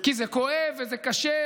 כי זה כואב וזה קשה,